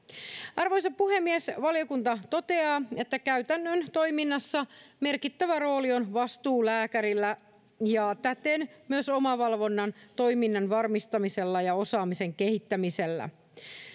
arvoisa puhemies valiokunta toteaa että käytännön toiminnassa merkittävä rooli on vastuulääkärillä ja täten myös omavalvonnan toiminnan varmistamisella ja osaamisen kehittämisellä